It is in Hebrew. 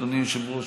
אדוני היושב-ראש,